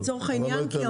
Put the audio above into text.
נגיד אנגלית.